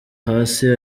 hasi